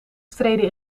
streden